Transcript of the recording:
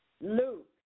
Luke